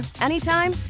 anytime